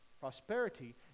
prosperity